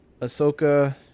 Ahsoka